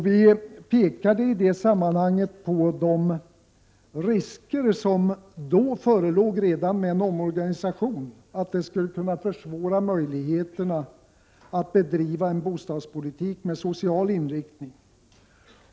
Vi framhöll de risker som redan då förelåg, dvs. att en omorganisation skulle försvåra möjligheterna att bedriva en bostadspolitik med social inriktning.